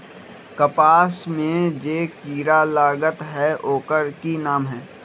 कपास में जे किरा लागत है ओकर कि नाम है?